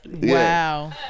Wow